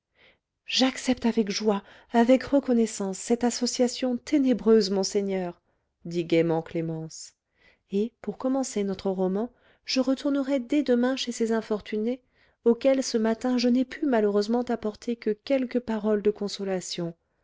j'accepte avec joie avec reconnaissance cette association ténébreuse monseigneur dit gaiement clémence et pour commencer notre roman je retournerai dès demain chez ces infortunés auxquels ce matin je n'ai pu malheureusement apporter que quelques paroles de consolation